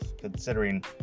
considering